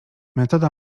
metoda